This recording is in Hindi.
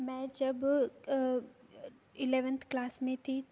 मैं जब इलेवंथ क्लास में थी